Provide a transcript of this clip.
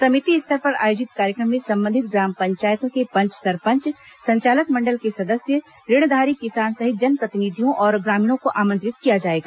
समिति स्तर पर आयोजित कार्यक्रम में संबंधित ग्राम पंचायतों के पंच सरपंच संचालक मंडल के सदस्य ऋणधारी किसान सहित जनप्रतिनिधियों और ग्रामीणों को आमंत्रित किया जाएगा